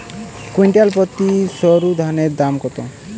Quintal প্রতি সরুধানের দাম কত?